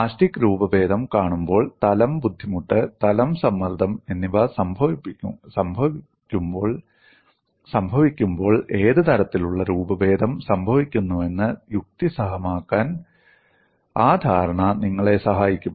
plastic രൂപഭേദം കാണുമ്പോൾ തലം ബുദ്ധിമുട്ട് തലം സമ്മർദ്ദം എന്നിവ സംഭവിക്കുമ്പോൾ ഏത് തരത്തിലുള്ള രൂപഭേദം സംഭവിക്കുന്നുവെന്ന് യുക്തിസഹമാക്കാൻ ആ ധാരണ നിങ്ങളെ സഹായിക്കും